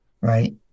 Right